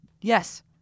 Yes